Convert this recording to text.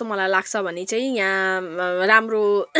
हुन् जस्तो मलाई लाग्छ भने चाहिँ यहाँ राम्रो